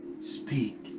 speak